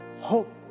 Hope